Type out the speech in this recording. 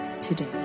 today